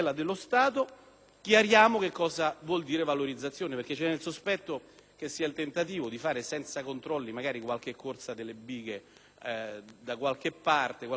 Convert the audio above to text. chiariamo che cosa vuol dire "valorizzazione", perché c'è il sospetto che sia il tentativo di fare senza controlli magari qualche corsa delle bighe da qualche parte.